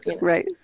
Right